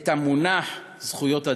את המונח זכויות אדם,